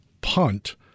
punt